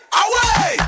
away